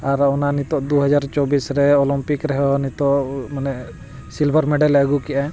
ᱟᱨ ᱚᱱᱟ ᱱᱤᱛᱳᱜ ᱫᱩ ᱦᱟᱡᱟᱨ ᱪᱚᱵᱵᱤᱥ ᱨᱮ ᱚᱞᱚᱢᱯᱤᱠ ᱨᱮᱦᱚᱸ ᱱᱤᱛᱳᱜ ᱢᱟᱱᱮ ᱥᱤᱞᱵᱷᱟᱨ ᱢᱮᱰᱮᱞᱮ ᱟᱹᱜᱩ ᱠᱮᱜ ᱟᱭ